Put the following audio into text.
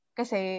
kasi